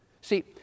See